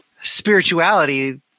spirituality